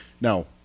Now